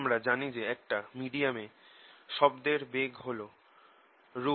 আমরা জানি একটা মিডিয়ামে শব্দের বেগ হল B